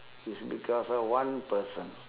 is because of one person